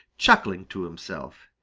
chuckling to himself.